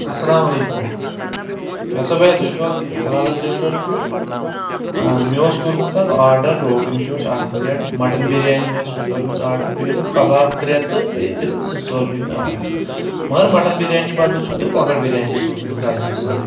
السَلامُ علیکُم کیاہ سا بیا تُہۍ چھِو حظ حلحالٕز ریٚسٹورنٛٹ پؠٹھ مےٚ اوس کوٚرمُت حظ آرڈَر روگَن جوش اکھ پلیٹ مَٹن بِریانی ٲس مےٚ کٔرمٕژ آرڈر بیٚیہِ ٲسم کَباب ترٛےٚ تہٕ بیٚیہِ رِستہٕ زٕ ژور کٔر مےٚ آرڈَر مگر مٹن بِریانی بدلہٕ چھُ تۄہہِ کۄکر بِریانی سوٗزمٕژ غلطی سَان